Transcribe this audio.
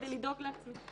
כדי לדאוג לעצמי.